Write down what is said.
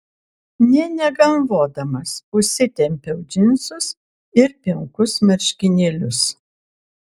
nė negalvodamas užsitempiau džinsus ir pilkus marškinėlius